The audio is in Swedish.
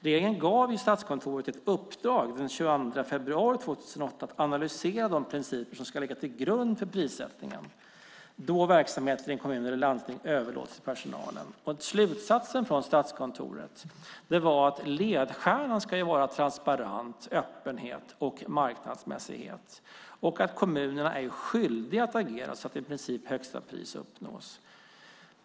Regeringen gav den 22 februari 2008 Statskontoret i uppdrag att analysera de principer som ska ligga till grund för prissättningen då verksamheter i kommuner eller landsting överlåts till personalen. Slutsatsen från Statskontoret var att ledstjärnan ska vara transparens, öppenhet och marknadsmässighet och att kommunerna är skyldiga att agera så att i princip högsta pris uppnås.